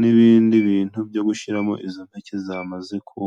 n'ibindi bintu byo gushyira mo izo mpeke zamaze kuma.